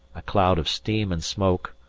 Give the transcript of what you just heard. a cloud of steam and smoke,